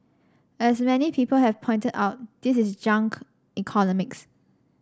as many people have pointed out this is junk economics